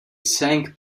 sank